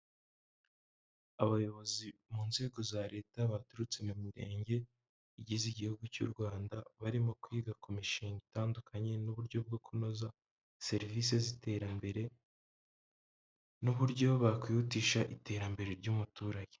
Abayobozi mu nzego za leta baturutse mu mirenge igize igihugu cy'u Rwanda, barimo kwiga ku mishinga itandukanye n'uburyo bwo kunoza serivise z'iterambere n'uburyo bakwihutisha iterambere ry'umuturage.